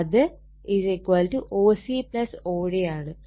അത് OC CD ആണ്